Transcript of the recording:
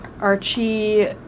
Archie